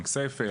עם כסייפה,